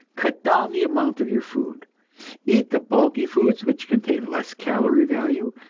cut down the amount of your food eat the bulky foods, which contain less calory value,